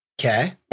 Okay